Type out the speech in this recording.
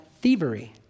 thievery